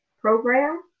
program